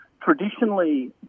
Traditionally